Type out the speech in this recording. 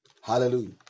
Hallelujah